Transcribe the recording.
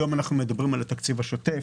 היום אנחנו מדברים על התקציב השוטף,